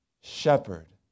shepherd